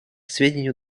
сведению